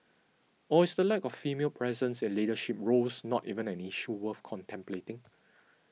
or is the lack of female presence in leadership roles not even an issue worth contemplating